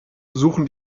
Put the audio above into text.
suchen